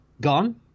gone